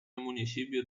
municipios